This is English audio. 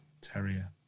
Terrier